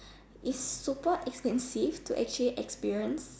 its super expensive to actually experience